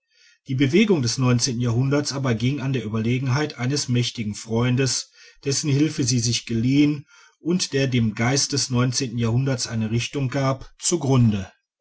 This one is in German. die bewegung des neunzehnten jahrhunderts aber ging an der überlegenheit seines mächtigen freundes dessen hilfe sie sich geliehen und der dem geiste des neunzehnten jahrhunderts eine richtung gab zugrunde